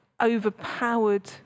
overpowered